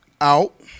out